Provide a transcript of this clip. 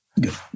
Good